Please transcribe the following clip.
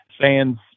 fans